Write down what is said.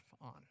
on